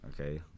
okay